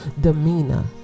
demeanor